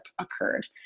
occurred